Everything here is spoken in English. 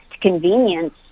convenience